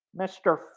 Mr